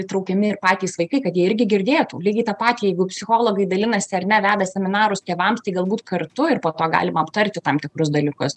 įtraukiami ir patys vaikai kad jie irgi girdėtų lygiai tą patį jeigu psichologai dalinasi ar ne veda seminarus tėvams galbūt kartu ir po to galima aptarti tam tikrus dalykus